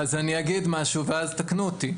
אני אגיד משהו ואז תתקנו אותי.